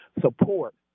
support